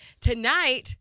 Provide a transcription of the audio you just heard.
Tonight